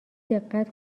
دقت